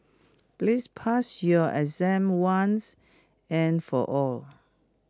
please pass your exam once and for all